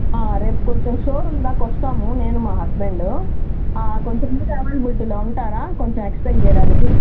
రేపు కొంచెం షోరూం దాకా వస్తాము నేను మా హస్బెండ్ కొంచెం మీరు అవైలబిలిటీలో ఉంటారా కొంచెం ఎక్సప్లయిన్ చేయడానికి